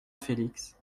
félix